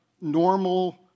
normal